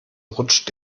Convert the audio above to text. rutscht